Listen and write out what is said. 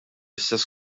istess